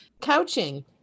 couching